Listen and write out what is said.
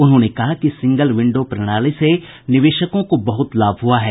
उन्होंने कहा कि सिंगल विण्डो प्रणाली से निवेशकों को बहुत लाभ हुआ है